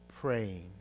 praying